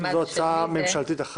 של מי זה?